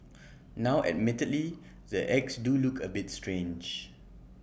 now admittedly the eggs do look A bit strange